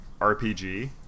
rpg